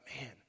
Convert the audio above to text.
man